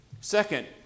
second